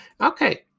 Okay